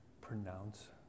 Pronounce